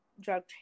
drug